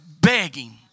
begging